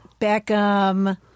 Beckham